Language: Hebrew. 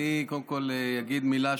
אני קודם כול אגיד מילה,